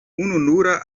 ununura